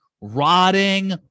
rotting